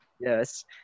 Yes